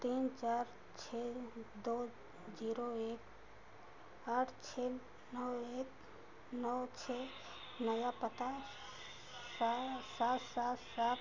तीन चार छः दो जीरो एक आठ छः नौ एक नौ छः नया पता सा सात सात सात